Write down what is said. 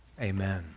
amen